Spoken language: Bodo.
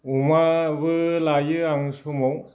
अमाबो लायो आं समाव